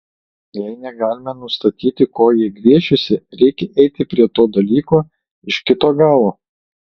jei negalime nustatyti ko jie gviešiasi reikia eiti prie to dalyko iš kito galo